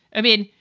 i mean,